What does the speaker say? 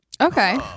okay